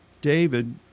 David